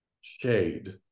Shade